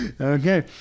Okay